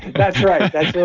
that's right. that's